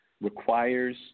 requires